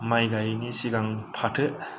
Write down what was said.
माइ गायैनि सिगां फाथो